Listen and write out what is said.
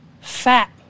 fat